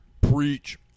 preach